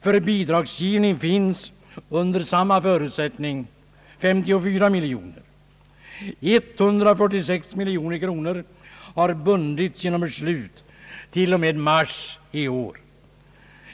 För bidragsgivning finns under samma förutsättning 54 miljoner. 146 miljoner kronor har bundits genom beslut till och med mars i år.